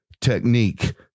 technique